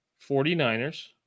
49ers